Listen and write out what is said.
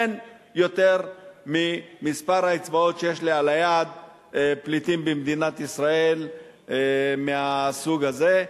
אין יותר ממספר האצבעות שיש לי על היד פליטים במדינת ישראל מהסוג הזה.